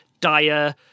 dire